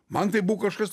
man tai buvo kažkas